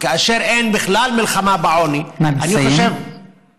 וכאשר אין בכלל מלחמה בעוני, אני חושב, נא לסיים.